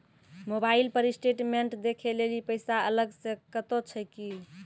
Mobile पर statement देखे लेली पैसा अलग से कतो छै की?